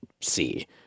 see